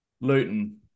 Luton